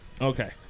Okay